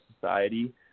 society